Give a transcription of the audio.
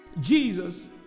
Jesus